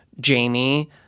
Jamie